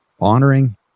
honoring